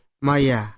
Maya